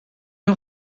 nhw